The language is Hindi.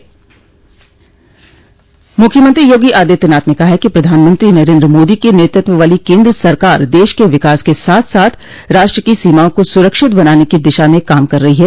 मुख्यमंत्री योगी आदित्यनाथ ने कहा है कि प्रधानमंत्री नरेन्द्र मोदी के नेतृत्व वाली केन्द्र सरकार देश के विकास के साथ साथ राष्ट्र की सीमाओं को सुरक्षित बनाने की दिशा में काम कर रही है